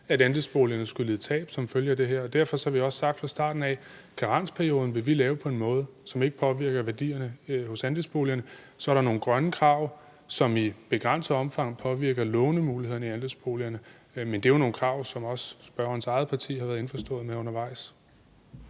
at andelsboligejerne skulle lide tab som følge af det her. Derfor har vi også sagt fra starten af, at karensperioden vil vi lave på en måde, som ikke påvirker værdierne af andelsboligerne. Så er der nogle grønne krav, som i begrænset omfang påvirker lånemulighederne i andelsboligerne, men det er jo nogle krav, som også spørgerens eget parti har været indforstået med undervejs.